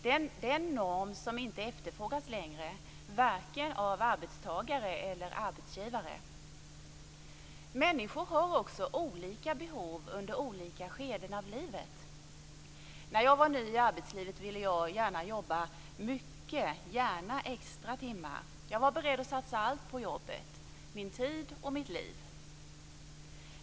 Det är en norm som inte längre efterfrågas - varken av arbetstagare eller arbetsgivare. Människor har också olika behov under olika skeden av livet. När jag var ny i arbetslivet ville jag gärna jobba mycket - gärna extra timmar. Jag var beredd att satsa allt på jobbet - min tid och mitt liv.